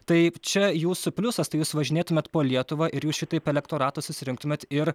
tai čia jūsų pliusas tai jūs važinėtumėt po lietuvą ir jūs šitaip elektoratą susirinktumėt ir